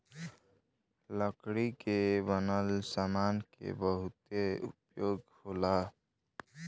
लकड़ी के बनल सामान के बहुते उपयोग होला